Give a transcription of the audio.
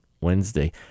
Wednesday